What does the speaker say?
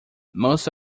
most